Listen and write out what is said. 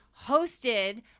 hosted